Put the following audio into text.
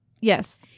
Yes